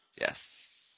Yes